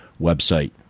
website